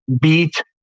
beat